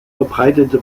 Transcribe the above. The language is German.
verbreitete